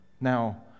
Now